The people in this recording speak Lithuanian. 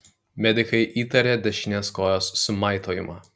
medikai įtarė dešinės kojos sumaitojimą